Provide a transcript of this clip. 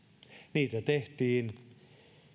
niitä tehtiin